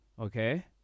Okay